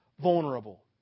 vulnerable